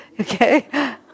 Okay